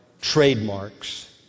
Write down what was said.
trademarks